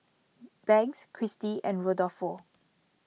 Banks Christie and Rodolfo